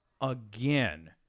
again